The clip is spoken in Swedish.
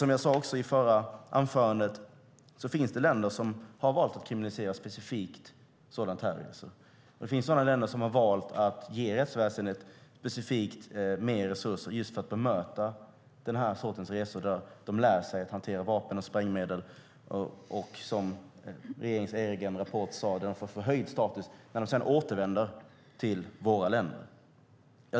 Som jag sade i förra anförandet finns det länder som har valt att kriminalisera specifikt sådana här terrorresor. Det finns länder som har valt att ge rättsväsendet mer resurser specifikt för att bemöta den sortens resor där deltagarna lär sig att hantera vapen och sprängmedel och, som regeringens egen rapport visade, får förhöjd status när de sedan återvänder till våra länder.